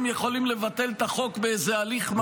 הם יכולים לבטל את החוק באיזה הליך מהיר.